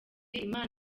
imana